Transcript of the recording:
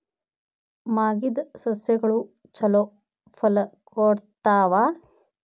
ಮಾಗಿದ್ ಸಸ್ಯಗಳು ಛಲೋ ಫಲ ಕೊಡ್ತಾವಾ?